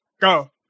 Go